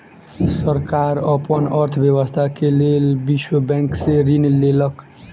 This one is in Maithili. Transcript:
सरकार अपन अर्थव्यवस्था के लेल विश्व बैंक से ऋण लेलक